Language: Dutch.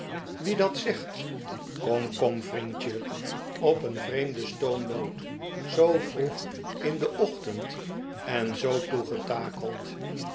wie dat zegt kom kom vriendjel op een vreemde stoomboot zoo vroeg in den ochtend en zoo